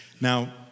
Now